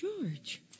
George